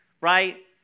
Right